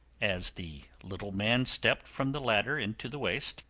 as the little man stepped from the ladder into the waist,